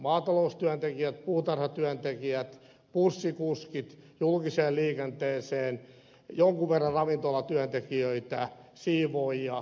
maataloustyöntekijät puutarhatyöntekijät bussikuskit julkiseen liikenteeseen jonkun verran on ravintolatyöntekijöitä siivoojia